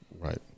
Right